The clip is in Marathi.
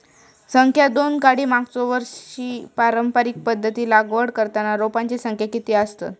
संख्या दोन काडी मागचो वर्षी पारंपरिक पध्दतीत लागवड करताना रोपांची संख्या किती आसतत?